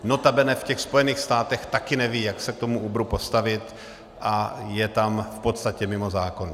Notabene v těch Spojených státech taky nevědí, jak se k tomu Uberu postavit, a je tam v podstatě mimo zákon.